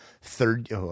Third